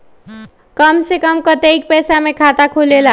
कम से कम कतेइक पैसा में खाता खुलेला?